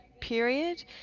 period